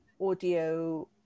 audio